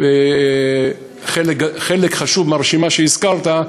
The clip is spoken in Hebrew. חלק חשוב מהרשימה שהזכרת,